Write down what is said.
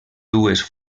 dues